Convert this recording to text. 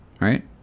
right